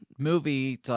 Movie